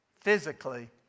physically